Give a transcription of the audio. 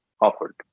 offered